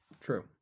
true